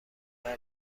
گروه